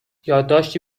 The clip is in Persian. یادداشتی